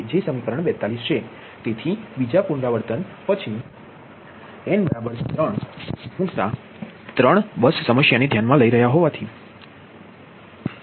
સમીકરણ 42 તેથી બીજા પુનરાવર્તન પછી n બરાબર 3 કારણ કે અમે તમારી ત્રણ બસ સમસ્યાને ધ્યાનમાં લઈ રહ્યા છીએ